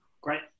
Great